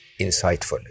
insightful